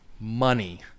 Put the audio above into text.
money